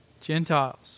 Gentiles